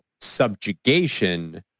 subjugation